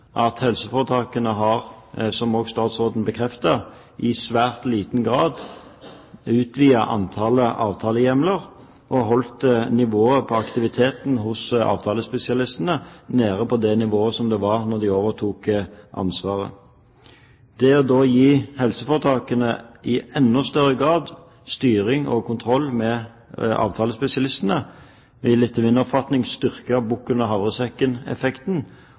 at helseforetakene i svært liten grad har utvidet antallet avtalehjemler og holdt nivået på aktiviteten hos avtalespesialistene nede på det nivået det var på da de overtok ansvaret. Det å da gi helseforetakene styring og kontroll med avtalespesialistene i enda større grad vil etter min oppfatning styrke bukken og